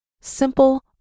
Simple